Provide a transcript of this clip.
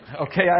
okay